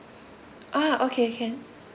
ah okay can